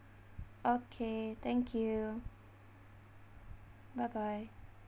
okay thank you bye bye